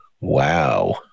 Wow